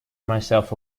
myself